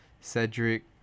Cedric